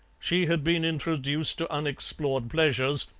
she had been introduced to unexplored pleasures,